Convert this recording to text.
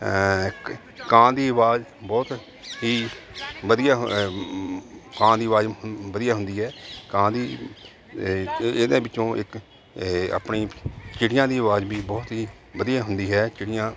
ਕਾਂ ਦੀ ਆਵਾਜ਼ ਬਹੁਤ ਹੀ ਵਧੀਆ ਕਾਂ ਦੀ ਆਵਾਜ਼ ਵਧੀਆ ਹੁੰਦੀ ਹੈ ਕਾਂ ਦੀ ਇਹ ਇਹਦੇ ਵਿੱਚੋਂ ਇੱਕ ਆਪਣੀ ਚਿੜੀਆਂ ਦੀ ਆਵਾਜ਼ ਵੀ ਬਹੁਤ ਹੀ ਵਧੀਆ ਹੁੰਦੀ ਹੈ ਚਿੜੀਆਂ